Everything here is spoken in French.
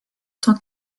tant